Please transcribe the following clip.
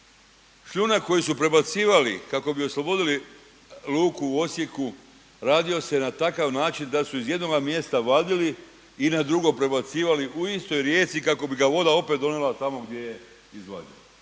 Šljunak koji su prebacivali kako bi oslobodili luku u Osijeku radio se na takav način da su iz jednoga mjesta vadili i na drugo prebacivali u istoj rijeci kako bi ga voda opet donijela tamo gdje je izvađen.